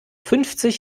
fünfzig